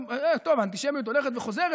האנטישמיות הולכת וחוזרת,